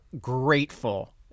grateful